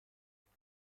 هنوز